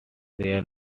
there